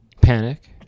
Panic